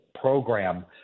program